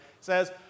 says